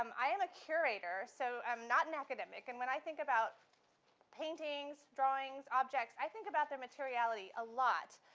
um i am a curator, so i'm not an academic. and when i think about paintings, drawings, objects, i think about their materiality a lot.